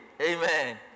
Amen